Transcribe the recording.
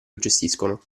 gestiscono